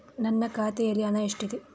ನನ್ನ ಖಾತೆಯಲ್ಲಿ ಹಣ ಎಷ್ಟಿದೆ?